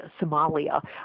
Somalia